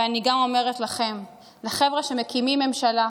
ואני גם אומרת לכם, לחבר'ה שמקימים ממשלה,